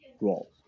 role